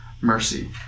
mercy